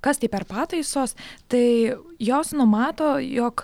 kas tai per pataisos tai jos numato jog